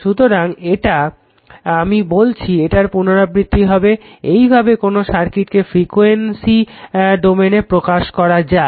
সুতরাং এটা আমি বলেছি এটার পুনরাবৃত্তি হবে এইভাবে কোনো সার্কিটকে ফ্রিকুয়েন্সি ডোমেনে প্রকাশ করা যায়